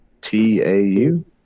T-A-U